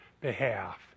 behalf